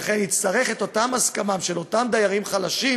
לכן נצטרך את אותה הסכמה של אותם דיירים חלשים,